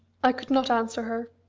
i could not answer her.